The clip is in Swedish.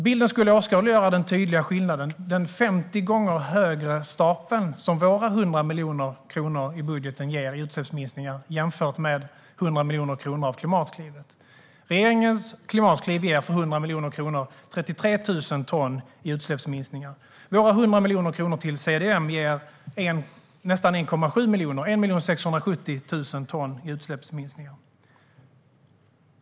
Bilden skulle åskådliggöra den tydliga skillnaden mellan den 50 gånger högre stapeln som våra 100 miljoner kronor i budgeten ger i utsläppsminskningar jämfört med stapeln för 100 miljoner kronor av Klimatklivet. Regeringens klimatkliv ger för 100 miljoner kronor 33 000 ton i utsläppsminskningar. Våra 100 miljoner kronor till CDM ger nästan 1,7 miljoner, 1 670 000, ton i utsläppsminskningar.